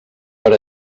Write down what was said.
per